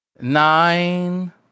nine